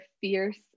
fierce